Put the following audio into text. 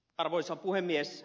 arvoisa puhemies